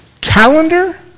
calendar